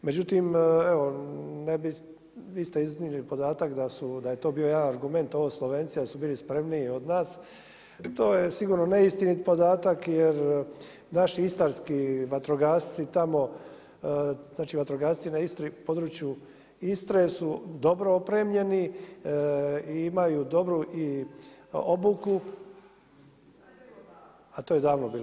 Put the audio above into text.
Međutim evo ne bi vi ste iznijeli podatak da je to bio jedan argument, ovo Slovenci da su bili spremniji od nas, to je sigurno neistinit podatak jer naši istarski vatrogasci tamo znači vatrogasci na području Istre su dobro opremljeni i imaju dobru obuku, … [[Upadica se ne razumije.]] a to je davno bilo.